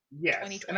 Yes